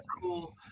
cool